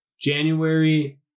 January